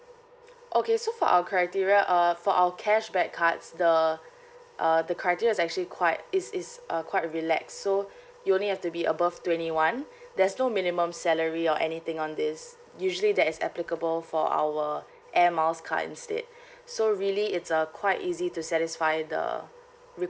okay so for our criteria uh for our cashback cards the uh the criteria is actually quite it's it's uh quite relax so you only have to be above twenty one there's no minimum salary or anything on this usually that is applicable for our air miles card instead so really it's uh quite easy to satisfy the